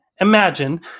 imagine